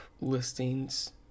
listings